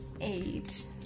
Eight